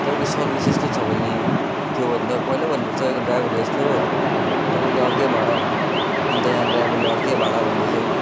तपाईँको सर्भिस यस्तो छ भने थियो भने त पहिल्यै भन्नु पर्छ तपाईँको ड्राइभर यस्तो तपाईँले अर्कै भाडा अन्त या ड्राइभरले अर्कै भाडा भन्दैछ